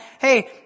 hey